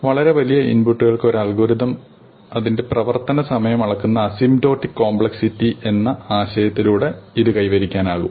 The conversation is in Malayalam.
വളരെ വലിയ ഇൻപുട്ടുകൾക്ക് ഒരു അൽഗോരിത്തിന്റെ പ്രവർത്തന സമയം അളക്കുന്ന അസിംടോട്ടിക് കോംപ്ലക്സിറ്റി എന്ന ആശയത്തിലൂടെ ഇത് കൈവരിക്കാനാകും